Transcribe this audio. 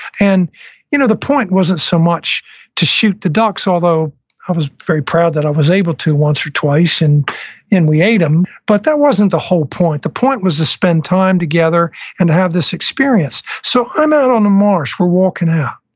and you know the point wasn't so much shoot the ducks, although i was very proud that i was able to once or twice, and and we ate them. but that wasn't the whole point. the point was to spend time together and have this experience. so i'm out on the marsh. we're walking out